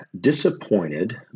disappointed